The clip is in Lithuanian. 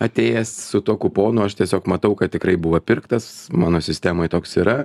atėjęs su tuo kuponu aš tiesiog matau kad tikrai buvo pirktas mano sistemoj toks yra